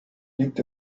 liegt